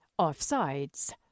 Offsides